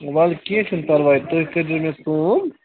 وَلہٕ کیٚنٛہہ چھُنہٕ پَرواے تُہۍ کٔرۍزیٚو مےٚ فون